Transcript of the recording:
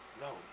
No